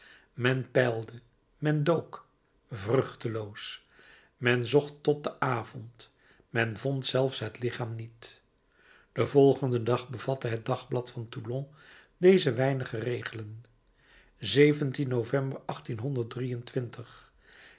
men peilde men dook vruchteloos men zocht tot den avond men vond zelfs het lichaam niet den volgenden dag bevatte het dagblad van toulon deze weinige regelen november